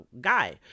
guy